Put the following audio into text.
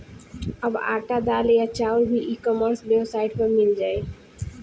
अब आटा, दाल या चाउर भी ई कॉमर्स वेबसाइट पर मिल जाइ